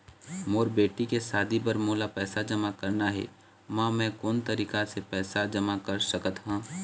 मोर बेटी के शादी बर मोला पैसा जमा करना हे, म मैं कोन तरीका से पैसा जमा कर सकत ह?